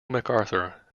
macarthur